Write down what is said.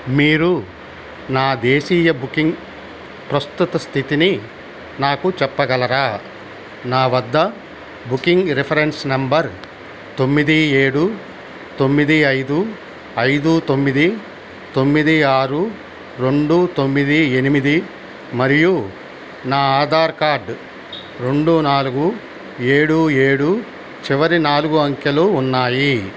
మీరు నా దేశీయ బుకింగ్ ప్రస్తుత స్థితిని నాకు చెప్పగలరా నా వద్ద బుకింగ్ రిఫరెన్స్ నెంబర్ తొమ్మిది ఏడు తొమ్మిది ఐదు ఐదు తొమ్మిది తొమ్మిది ఆరు రెండు తొమ్మిది ఎనిమిది మరియు నా ఆధార్ కార్డ్ రెండు నాలుగు ఏడు ఏడు చివరి నాలుగు అంకెలు ఉన్నాయి